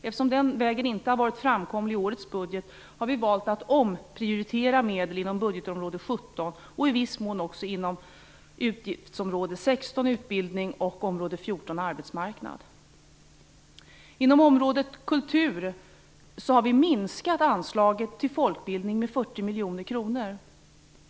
Eftersom den vägen inte har varit framkomlig i årets budget, har vi valt att omprioritera medel inom utgiftsområde 17 och i viss mån också inom utgiftsområde 16 Utbildning och utgiftsområde 14 Arbetsmarknad. Inom området kultur har anslaget till folkbildning minskats med 40 miljoner kronor.